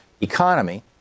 economy